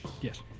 Yes